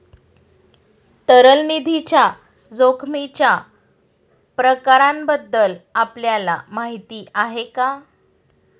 तरल निधीच्या जोखमीच्या प्रकारांबद्दल आपल्याला माहिती आहे का?